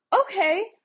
okay